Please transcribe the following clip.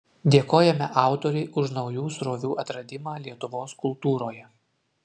dėkojame autorei už naujų srovių atradimą lietuvos kultūroje